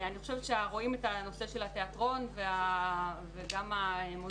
אני חושבת שרואים את הנושא של התיאטרון וגם המוזיאונים,